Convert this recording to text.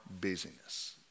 busyness